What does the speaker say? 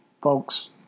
Folks